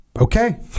okay